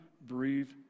breathe